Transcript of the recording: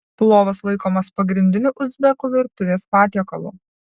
plovas laikomas pagrindiniu uzbekų virtuvės patiekalu